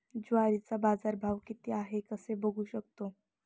ज्वारीचा बाजारभाव किती आहे कसे बघू शकतो?